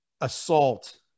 assault